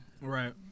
Right